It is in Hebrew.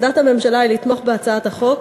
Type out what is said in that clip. עמדת הממשלה היא לתמוך בהצעת החוק,